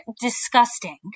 Disgusting